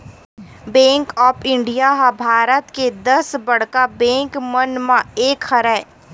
bank of India ह भारत के दस बड़का बेंक मन म एक हरय